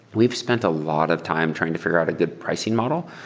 we've spent a lot of time trying to fi gure out a good pricing model.